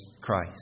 Christ